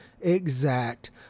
exact